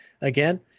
again